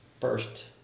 first